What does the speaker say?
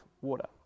water